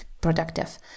productive